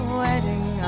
wedding